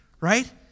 Right